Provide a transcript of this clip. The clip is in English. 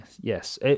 yes